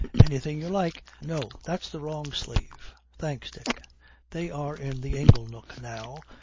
anything you like. no, that's the wrong sleeve. thanks, dick they are in the ingle-nook now,